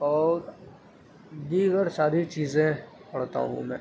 اور دیگر ساری چیزیں پڑھتا ہوں میں